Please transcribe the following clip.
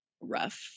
rough